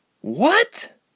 What